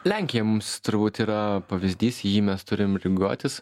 lenkija mums turbūt yra pavyzdys į jį mes turim lygiuotis